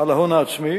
על ההון העצמי,